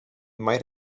might